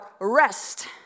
rest